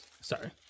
sorry